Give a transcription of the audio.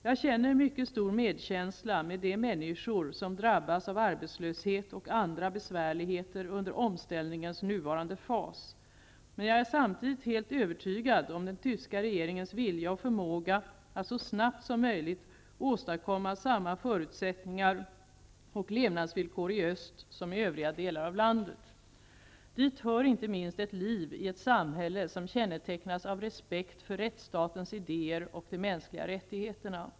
Jag känner mycket stor medkänsla med de människor som drabbas av arbetslöshet och andra besvärligheter under omställningens nuvarande fas. Men jag är samtidigt helt övertygad om den tyska regeringens vilja och förmåga att så snabbt som möjligt åstadkomma samma förutsättningar och levnadsvillkor i öst som i övriga delar av landet. Dit hör inte minst ett liv i ett samhälle som kännetecknas av respekt för rättsstatens idéer och de mänskliga rättigheterna.